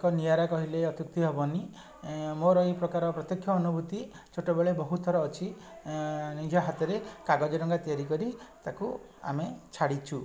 ଏକ ନିଆରା କହିଲେ ଅତ୍ୟୁକ୍ତି ହେବନି ମୋର ଏହିପ୍ରକାର ପ୍ରତ୍ୟକ୍ଷ ଅନୁଭୂତି ଛୋଟବେଳେ ବହୁତଥର ଅଛି ନିଜ ହାତରେ କାଗଜ ଡଙ୍ଗା ତିଆରି କରି ତାକୁ ଆମେ ଛାଡ଼ିଛୁ